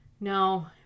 No